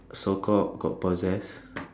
so called got possessed